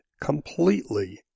completely